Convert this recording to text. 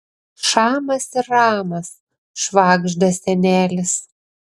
šamas ir ramas švagžda senelis